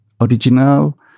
original